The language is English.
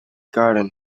garden